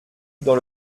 dans